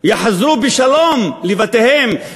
יחזרו בשלום לבתיהם,